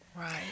Right